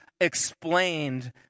explained